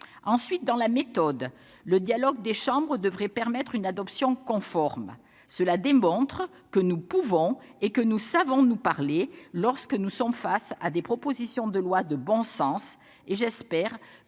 qui concerne la méthode, le dialogue des chambres devrait permettre une adoption conforme. Cela démontre que nous pouvons et que nous savons nous parler lorsque nous sommes face à des propositions de loi de bon sens. J'espère